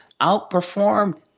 outperformed